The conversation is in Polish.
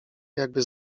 jakby